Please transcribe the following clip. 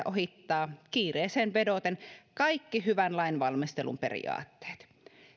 ohittaa kiireeseen vedoten kaikki hyvän lainvalmistelun periaatteet